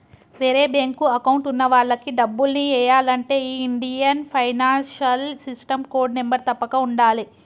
వేరే bank account ఉన్న వాళ్లకి డబ్బుల్ని ఎయ్యాలంటే ఈ Indian financial system code number తప్పక ఉండాలే